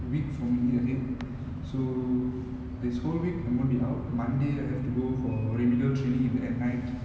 week for me okay so this whole week I'm going to be out monday I have to go for remedial training in the at night